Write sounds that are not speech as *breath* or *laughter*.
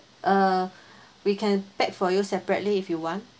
uh *breath* we can pack for you separately if you want